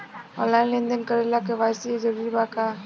Online लेन देन करे ला के.वाइ.सी जरूरी बा का?